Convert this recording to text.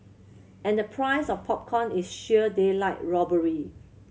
and the price of popcorn is sheer daylight robbery